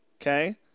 Okay